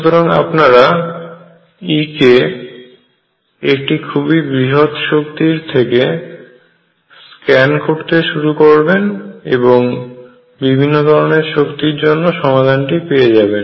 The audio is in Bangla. সুতরাং আপনারা E কে একটি খুবই বৃহৎ শক্তির থেকে স্ক্যান করতে শুরু করবেন এবং বিভিন্ন ধরনের শক্তির জন্য সমাধানটি পেয়ে যাবেন